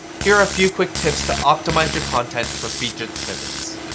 here are a few quick tips to optimize your content for featured snippets.